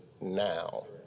now